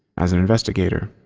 as an investigator,